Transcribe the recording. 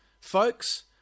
Folks